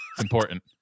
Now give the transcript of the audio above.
important